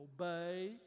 obey